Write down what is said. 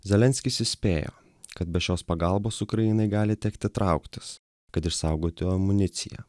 zelenskis įspėjo kad be šios pagalbos ukrainai gali tekti trauktis kad išsaugotų amuniciją